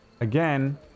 again